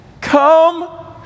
Come